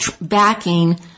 backing